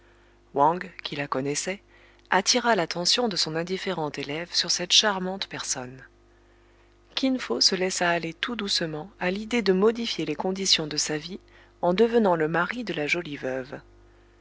wang qui la connaissait attira l'attention de son indifférent élève sur cette charmante personne kin fo se laissa aller tout doucement à l'idée de modifier les conditions de sa vie en devenant le mari de la jolie veuve